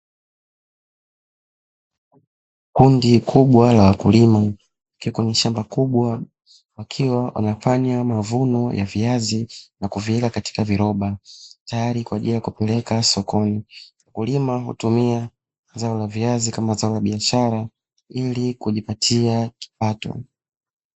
Kundi kubwa la wakulima likiwa kwenye shamba kubwa wakiwa wanafanya mavuno ya viazi na kuviweka katika viroba tayari kwa ajili ya kupeleka sokoni. Wakulima hutumia zao la viazi kama zao la biashara ili kujipatia kipato.